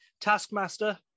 Taskmaster